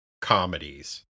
comedies